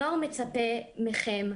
הנוער מצפה מכם,